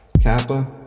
Kappa